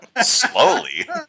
slowly